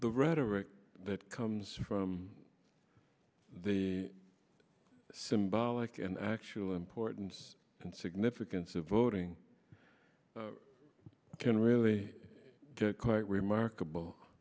the rhetoric that comes from the symbolic and actual importance and significance of voting can really quite remarkable